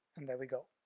and there we go.